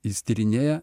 jis tyrinėja